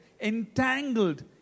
entangled